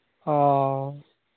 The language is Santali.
ᱚᱼᱚ